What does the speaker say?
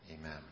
Amen